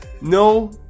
no